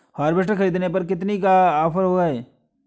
Harvester ख़रीदने पर कितनी का ऑफर है?